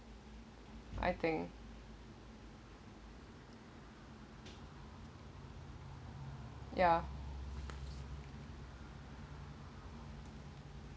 I think ya